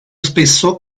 spesso